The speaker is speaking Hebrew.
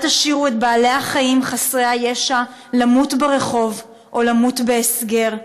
אל תשאירו את בעלי-החיים חסרי הישע למות ברחוב או למות בהסגר,